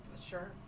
Sure